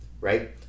right